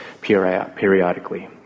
periodically